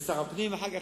ואחר,